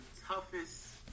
toughest